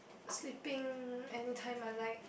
sleeping anytime I like